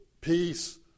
peace